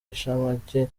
inshamake